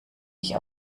ich